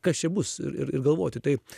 kas čia bus ir ir ir galvoti tai